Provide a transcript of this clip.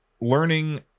learning